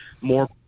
more